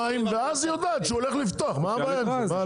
ואז היא יודעת שהוא הולך לפתוח מה הבעיה עם זה?